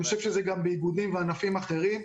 אני חושב שזה גם באיגודים ובענפים אחרים.